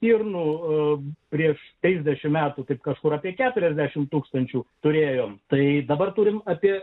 ir nu prieš trisdešimt metų tai kažkur apie keturiasdešim tūkstančių turėjome tai dabar turime apie